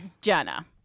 Jenna